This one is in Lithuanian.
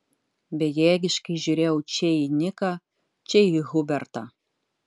bejėgiškai žiūrėjau čia į niką čia į hubertą